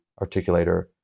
articulator